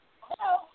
Hello